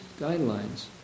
guidelines